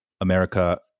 America